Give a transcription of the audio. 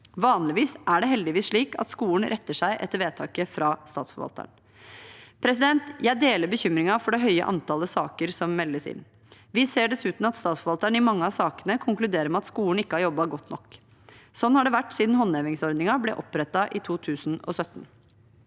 Vanligvis er det heldigvis slik at skolen retter seg etter vedtaket fra statsforvalteren. Jeg deler bekymringen for det høye antallet saker som meldes inn. Vi ser dessuten at statsforvalteren i mange av sakene konkluderer med at skolen ikke har jobbet godt nok. Sånn har det vært siden håndhevingsordningen ble opprettet i 2017.